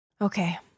Okay